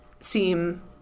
seem